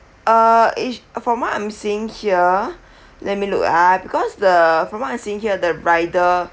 uh it's from what I'm seeing here let me look ah because the from what I'm seeing here the rider